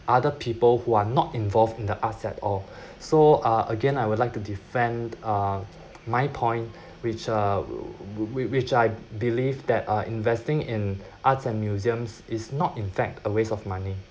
other people who are not involved in the art at all so uh again I would like to defend uh my point which uh whi~ which I believed that uh investing in arts and museums is not in fact a waste of money